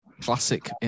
classic